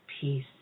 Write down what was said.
peace